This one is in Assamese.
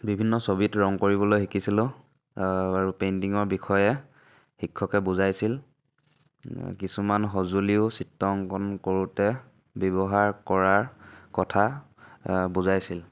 বিভিন্ন ছবিত ৰং কৰিবলৈ শিকিছিলোঁ আৰু পেইণ্টিঙৰ বিষয়ে শিক্ষকে বুজাইছিল কিছুমান সঁজুলিও চিত্ৰ অংকন কৰোঁতে ব্যৱহাৰ কৰাৰ কথা বুজাইছিল